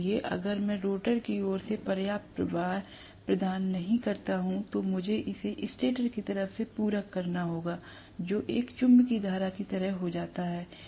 इसलिए अगर मैं रोटर की ओर से पर्याप्त प्रवाह प्रदान नहीं करता हूं तो मुझे इसे स्टेटर की तरफ से पूरक करना होगा जो एक चुंबकिंग धारा की तरह हो जाता है